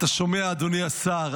אתה שומע, אדוני השר?